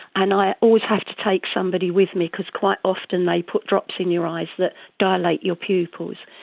and i always have to take somebody with me because quite often they put drops in your eyes that dilate your pupils,